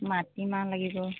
মাটি মাহ লাগিব